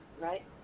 right